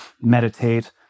meditate